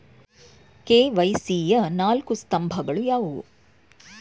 KYC ಯ ನಾಲ್ಕು ಸ್ತಂಭಗಳು ಯಾವುವು?